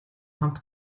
хамт